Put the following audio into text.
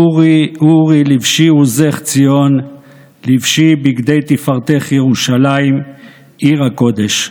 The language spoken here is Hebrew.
/ עורי עורי לבשי עוזך ציון לבשי בגדי תפארתך ירושלים עיר הקודש.